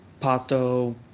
Pato